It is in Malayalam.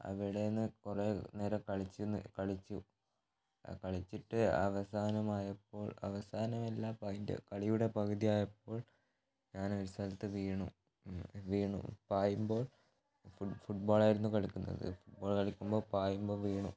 അവിടന്ന് കുറെ നേരം കളിച്ചു ആ കളിച്ചിട്ട് അവസാനം ആയപ്പോൾ അവസാനം അല്ലാ പൈൻറ്റ് കളിയുടെ അവസാനം ആയപ്പോൾ ഞാൻ ഒരു സ്ഥലത്ത് വീണു വീണു പായുമ്പോൾ ഫുട്ബോളായിരുന്നു കളിക്കുന്നത് ഫുട്ബോള് കളിക്കുമ്പോൾ പായുമ്പോൾ വീണു